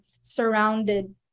surrounded